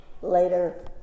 later